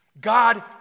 God